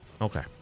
Okay